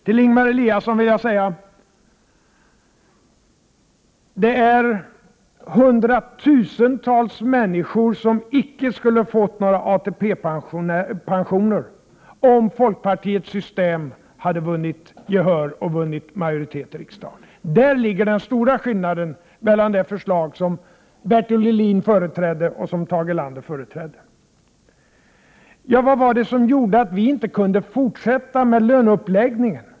Till Ingemar Eliasson vill jag säga att hundratusentals människor icke skulle ha fått någon ATP-pension om folkpartiets system hade vunnit gehör och vunnit majoritet i riksdagen. Det är den stora skillnaden mellan de förslag som Bertil Ohlin och Tage Erlander företrädde. Vad var det som gjorde att vi inte kunde fortsätta med löneuppläggningen?